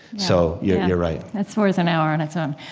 so you're you're right that's worth an hour on its own.